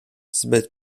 zbyt